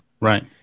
Right